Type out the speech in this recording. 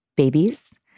babies